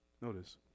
Notice